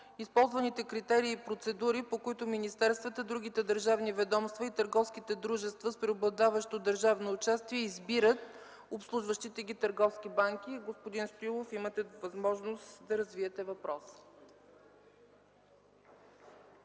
използваните критерии и процедури, по които министерствата, другите държавни ведомства и търговските дружества с преобладаващо държавно участие избират обслужващите ги търговски банки. Господин Стоилов, имате възможност да развиете въпроса.